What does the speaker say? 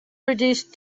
reduced